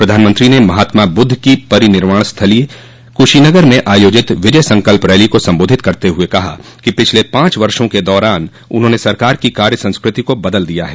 प्रधानमंत्री ने महात्माबुद्ध की परिनिर्वाण स्थली कुशीनगर में आयोजित विजय संकल्प रैली को सम्बोधित करते हुए कहा कि पिछले पांच वर्षो क दौरान उन्होंने सरकार की कार्य संस्कृति को बदल दिया है